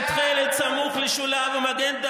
חברת הכנסת לבני, שהיית שרה בארבע ממשלות,